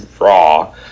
raw